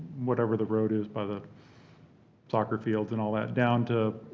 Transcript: whatever the road is by the soccer fields and all that down to,